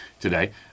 today